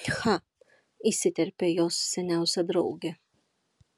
cha įsiterpė jos seniausia draugė